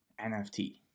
NFT